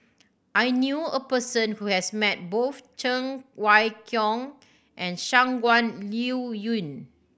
I knew a person who has met both Cheng Wai Keung and Shangguan Liuyun